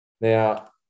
Now